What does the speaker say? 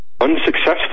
unsuccessful